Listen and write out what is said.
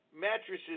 mattresses